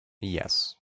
Yes